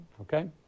okay